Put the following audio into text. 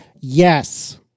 yes